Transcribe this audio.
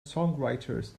songwriters